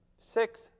six